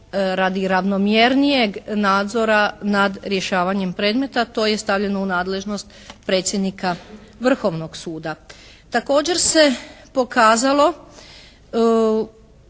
radi ravnomjernijeg nadzora nad rješavanjem predmeta to je stavljeno u nadležnost predsjednika Vrhovnog suda. Također se pokazalo